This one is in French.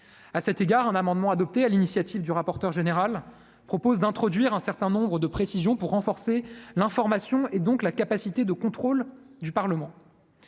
à cet égard un amendement adopté à l'initiative du rapporteur général propose d'introduire un certain nombre de précisions pour renforcer l'information et donc la capacité de contrôle du Parlement.